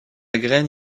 graine